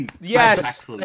Yes